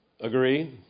Agree